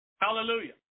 Hallelujah